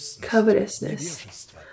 covetousness